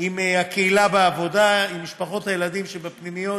עם הקהילה בעבודה עם משפחות הילדים שבפנימיות,